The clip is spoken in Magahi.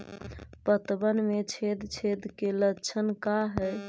पतबन में छेद छेद के लक्षण का हइ?